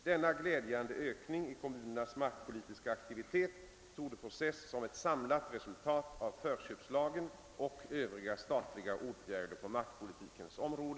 Denna glädjande ökning i kommunernas markpolitiska aktivitet torde få ses som ett samlat resultat av förköpslagen och övriga statliga åtgärder på markpolitikens område.